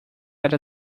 era